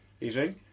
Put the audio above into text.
evening